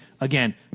again